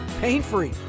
pain-free